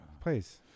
please